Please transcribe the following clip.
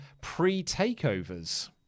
pre-Takeovers